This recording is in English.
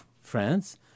France